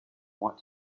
want